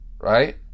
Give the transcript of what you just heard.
Right